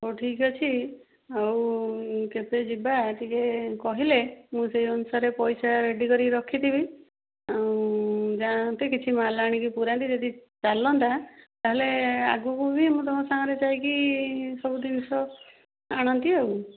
ହଉ ଠିକ୍ ଅଛି ଆଉ କେବେ ଯିବା ଟିକେ କହିଲେ ମୁଁ ସେଇ ଅନୁସାରେ ପଇସା ରେଡ଼ି କରିକି ରଖିଥିବି ଆଉ ଯାଆନ୍ତେ କିଛି ମାଲ ଆଣିକି ପୁରାନ୍ତି ଯଦି ଚାଲନ୍ତା ତାହେଲେ ଆଗକୁ ବି ମୁଁ ତୁମ ସାଙ୍ଗରେ ଯାଇକି ସବୁ ଜିନିଷ ଆଣନ୍ତି ଆଉ